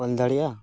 ᱚᱞ ᱫᱟᱲᱮᱭᱟᱜᱼᱟ